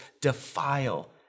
defile